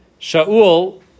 Sha'ul